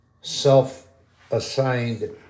self-assigned